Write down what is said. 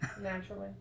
naturally